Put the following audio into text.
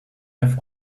have